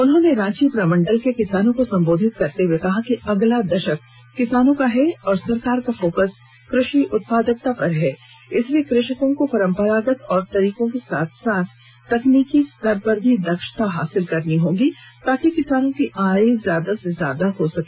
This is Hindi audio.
उन्होंने रांची प्रमंडल के किसानों को संबोधित करते हुए कहा कि अगला दशक किसानों का है और सरकार का फोकस कृषि उत्पादकता पर है इसलिये कृषकों को परंपरागत तौर तरीकों के साथ साथ तकनीकी स्तर पर भी दक्षता हासिल करनी होगी ताकि किसानों की आय ज्यादा से ज्यादा हो सके